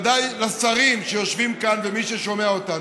ודאי לשרים שיושבים כאן ולמי ששומע אותנו: